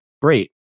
Great